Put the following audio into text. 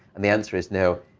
and the answer is no.